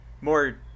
more